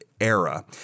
era